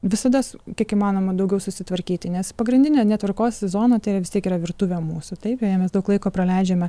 visada su kiek įmanoma daugiau susitvarkyti nes pagrindinė netvarkos zona tai yra vis tiek yra virtuvė mūsų taip joje mes daug laiko praleidžiame